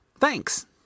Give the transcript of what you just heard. Thanks